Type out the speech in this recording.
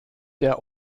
der